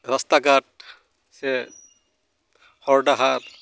ᱨᱟᱥᱛᱟ ᱜᱷᱟᱴ ᱥᱮ ᱦᱚᱨᱼᱰᱟᱦᱟᱨ